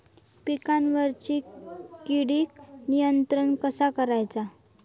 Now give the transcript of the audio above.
पिकावरची किडीक नियंत्रण कसा करायचा?